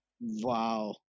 Wow